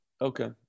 Okay